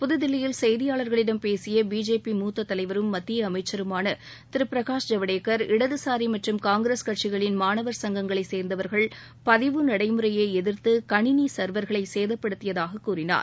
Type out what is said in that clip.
புது தில்லியில் செய்தியாளர்களிடம் பேசிய பிஜேபி மூத்த தலைவரும் மத்திய அமைச்சருமான திரு பிரகாஷ் ஜவடேக்கர் இடதுசாரி மற்றும் காங்கிரஸ் கட்சிகளின் மாணவர் சங்கங்களை சேர்ந்தவர்கள் பதிவு நடைமுறையை எதிர்த்து கணினி சர்வர்களை சேதப்படுத்தியதாக கூறினார்